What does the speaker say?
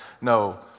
No